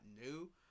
new